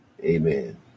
amen